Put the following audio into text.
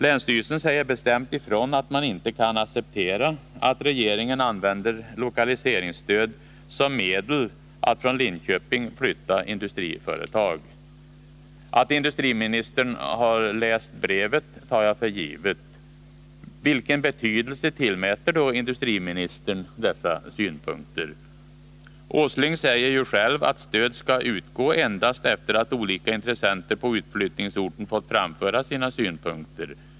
Länsstyrelsen säger bestämt ifrån att man ning av visst verkinte kan acceptera att regeringen använder lokaliseringsstöd som medel att stadsföretag från från Linköping flytta industriföretag. Att industriministern läst brevet tar jag för givet. Vilken betydelse tillmäter industriministern dessa synpunkter? Nils Åsling säger ju själv att stöd skall utgå endast efter det att olika intressenter på utflyttningsorten fått framföra sina synpunkter.